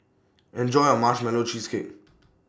Enjoy your Marshmallow Cheesecake